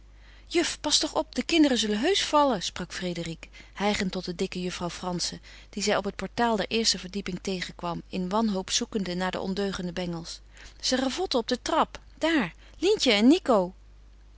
juf pas toch op de kinderen zullen heusch vallen sprak frédérique hijgend tot de dikke juffrouw frantzen die zij op het portaal der eerste verdieping tegenkwam in wanhoop zoekende naar de ondeugende bengels ze ravotten op de trap daar lientje en nico